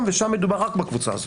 ושם מדובר רק על הקבוצה הזאת.